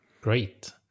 Great